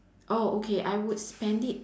oh okay I would spend it